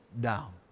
down